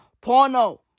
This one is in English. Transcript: porno